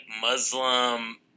muslim